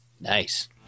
Nice